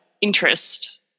interest